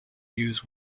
use